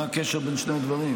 מה הקשר בין שני הדברים?